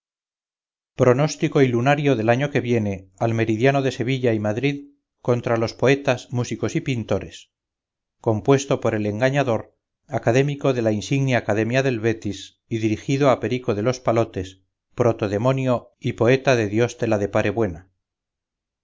pronóstico y lunario del año que viene al meridiano de sevilla y madrid contra los poetas músicos y pintores compuesto por el engañador académico de la insigne academia del betis y dirigido a perico de los palotes proto demonio y poeta de dios te la depare buena